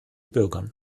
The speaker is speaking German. bürgern